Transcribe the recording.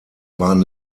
waren